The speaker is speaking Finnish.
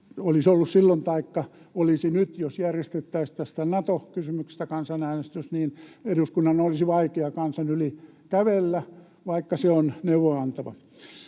olisi ollut silloin taikka olisi nyt, jos järjestettäisiin tästä Nato-kysymyksestä kansanäänestys — niin eduskunnan olisi vaikea kansan yli kävellä, vaikka se on neuvoa-antava.